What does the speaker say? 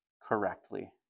correctly